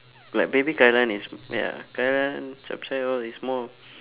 like baby kai-lan is ya kai-lan chap-chye all is more